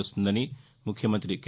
చేస్తుందని ముఖ్యమంతి కె